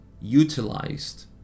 utilized